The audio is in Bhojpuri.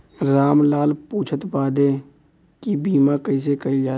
राम लाल पुछत बाड़े की बीमा कैसे कईल जाला?